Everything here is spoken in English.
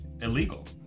illegal